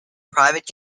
private